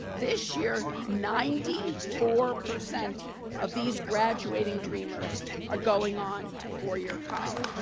this year, ninety four percent of these graduating dreamers are going on to four-year college.